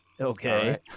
Okay